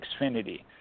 Xfinity